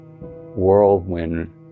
whirlwind